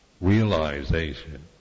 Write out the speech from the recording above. Realization